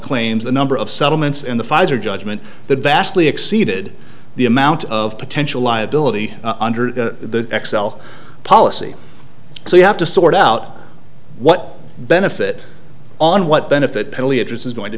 claims the number of settlements in the pfizer judgment that vastly exceeded the amount of potential liability under the xcel policy so you have to sort out what benefit on what benefit penalty interest is going to